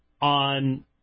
on